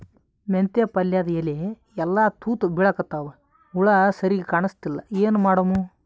ಮೆಂತೆ ಪಲ್ಯಾದ ಎಲಿ ಎಲ್ಲಾ ತೂತ ಬಿಳಿಕತ್ತಾವ, ಹುಳ ಸರಿಗ ಕಾಣಸ್ತಿಲ್ಲ, ಏನ ಮಾಡಮು?